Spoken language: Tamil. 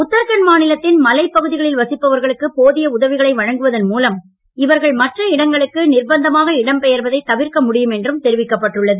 உத்தராகண்ட் மாநிலத்தின் மலை பகுதிகளில் வசிப்பவர்களுக்குத் போதிய உதவிகளை வழங்குவதன் மூலம் இவர்கள் மற்ற இடங்களுக்கு நிர்பந்தமாக இடம் பெயர்வதை தவிர்க்க முடியும் என்றும் தெரிவிக்கப்பட்டு உள்ளது